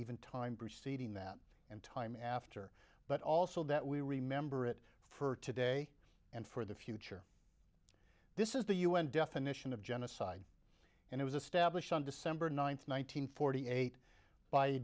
even time preceding that and time after but also that we remember it for today and for the future this is the un definition of genocide and it was established on december ninth one nine hundred forty eight by